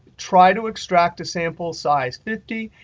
try to extract the sample size fifty,